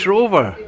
Rover